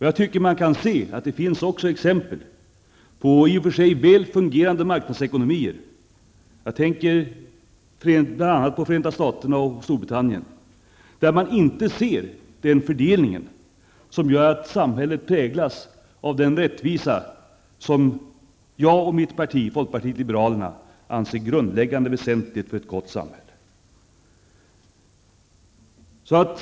Jag tycker att man skall observera att det också finns exempel på, i och för sig väl fungerande, marknadsekonomier -- jag tänker bl.a. på Förenta staterna och Storbritannien -- där man inte ser den fördelning som gör att samhället präglas av den rättvisa som jag och mitt parti, folkpartiet liberalerna, anser grundläggande väsentligt för ett gott samhälle.